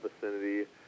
vicinity